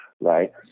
right